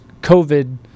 COVID